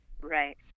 Right